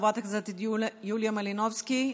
חברת הכנסת יוליה מלינובסקי,